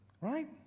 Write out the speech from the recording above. right